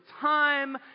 time